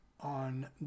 on